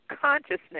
consciousness